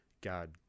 God